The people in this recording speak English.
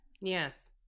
Yes